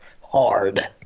hard